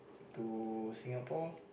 to Singapore